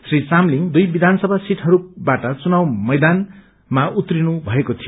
श्री चामलिङ दुइ वियानसमा सीटहरूबाट चुनाव मैदानमा उत्रनु भएको थियो